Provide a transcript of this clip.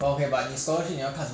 ah can lah can lah 随便啦